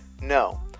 No